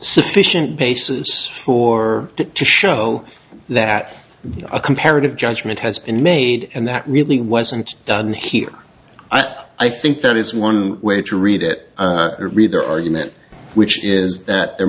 sufficient basis for it to show that a comparative judgement has been made and that really wasn't done here i think that is one way to read it read their argument which is that there